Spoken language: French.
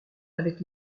avec